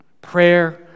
prayer